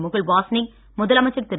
முகுல் வாஸ்னிக் முதலமைச்சர் திரு